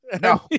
No